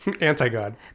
Anti-God